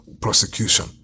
prosecution